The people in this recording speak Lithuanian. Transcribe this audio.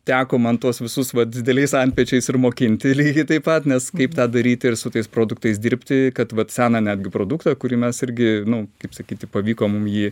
teko man tuos visus va dideliais antpečiais ir mokinti lygiai taip pat nes kaip tą daryti ir su tais produktais dirbti kad vat seną netgi produktą kurį mes irgi nu kaip sakyti pavyko mum jį